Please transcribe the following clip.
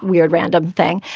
weird random thing.